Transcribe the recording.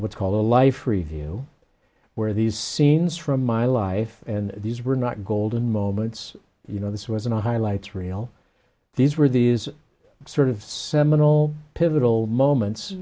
what's called a life free you where these scenes from my life and these were not golden moments you know this was a highlights real these were these sort of seminal pivotal moments